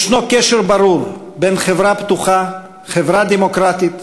יש קשר ברור בין חברה פתוחה, חברה דמוקרטית,